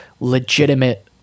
legitimate